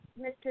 Mr